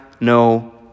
no